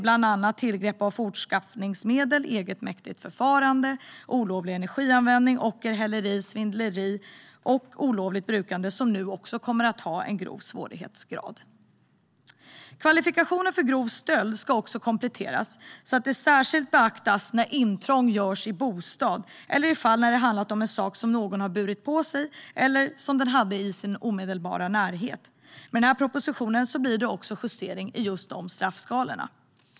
Bland annat är det tillgrepp av fortskaffningsmedel, egenmäktigt förfarande, olovlig energianvändning, ocker, häleri, svindleri och olovligt brukande som nu kommer att ha en grov svårighetsgrad. Kvalifikationen för grov stöld ska också kompletteras så att den särskilt ska beaktas när intrång görs i bostad eller i de fall när det handlar om en sak som någon burit på sig eller haft i sin omedelbara närhet. Med den här propositionen blir det också justeringar i dessa straffskalor.